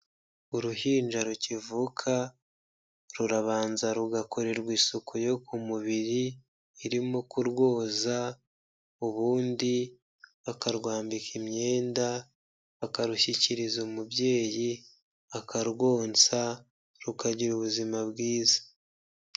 Uruhinja rukivuka rurabanza rugakorerwa isuku yo ku mubiri irimo kurwoza, ubundi bakarwambika imyenda, bakarushyikiriza umubyeyi akarwonsa, rukagira ubuzima bwiza.